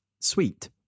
Sweet